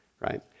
right